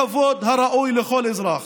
בכבוד הראוי לכל אזרח.